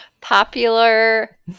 popular